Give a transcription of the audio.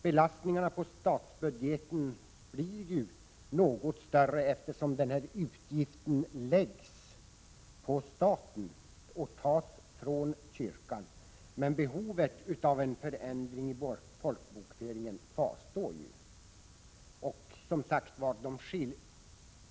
Belastningarna i statsbudgeten blir något större, eftersom denna utgift tas från kyrkan och läggs på staten, men behovet av en förändring av folkbokföringen kvarstår.